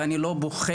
ואני לא בוכה,